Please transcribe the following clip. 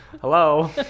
Hello